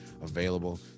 available